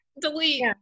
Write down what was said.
delete